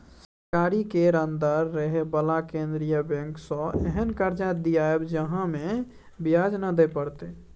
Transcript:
सरकारी केर अंदर रहे बला केंद्रीय बैंक सँ एहेन कर्जा दियाएब जाहिमे ब्याज नै दिए परतै